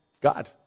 god